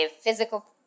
physical